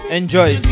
Enjoy